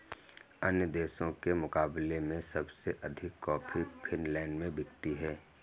अन्य देशों के मुकाबले में सबसे अधिक कॉफी फिनलैंड में बिकती है